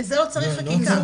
לזה לא צריך חקיקה.